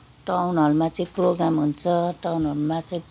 town हलमा चाहिँ program हुन्छ टाउन हलमा चाहिँ